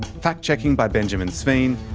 fact-checking by benjamin sveen.